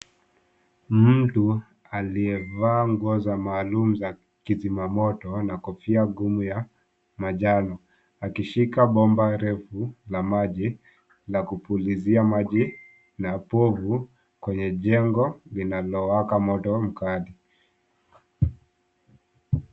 Mtu aliyevaa nguo za kimaalum za kizimamoto na kofia ngumu ya manjano akishika bomba refu la maji la kupulizia maji na povu kwenye jengo linalowaka moto mkali.